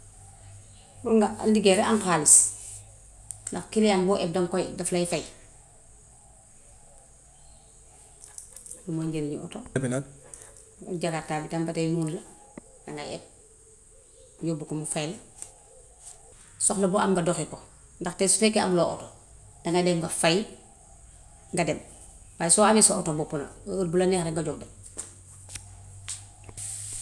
Pour nga liggéey nga am xaalis ndax kilyaan boo eb daŋ koy daf lay fay. Moom ngeen di oto. Jakartaa tam ba tay noon la. Dangay eb, yóbbu ko mu fay. Soxla boo am nga doxi ko ndaxte su fekkee amuloo oto danga dem nga fay nga dem waaye soo amee sa oto boppa nag heure bu la neex rekk nga jóg dem.